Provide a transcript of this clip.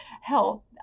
help